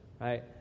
right